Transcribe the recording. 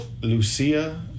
Lucia